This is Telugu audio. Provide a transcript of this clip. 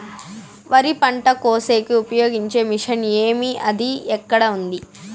వరి పంట కోసేకి ఉపయోగించే మిషన్ ఏమి అది ఎక్కడ ఉంది?